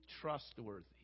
trustworthy